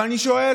אבל אני שואל: